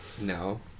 No